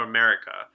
America